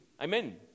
Amen